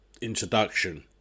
introduction